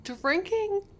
drinking